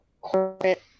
corporate